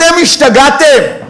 אתם השתגעתם?